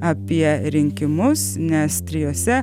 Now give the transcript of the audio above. apie rinkimus nes trijose